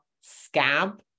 scab